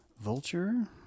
vulture